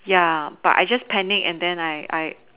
ya but I just panic and then I I